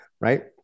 right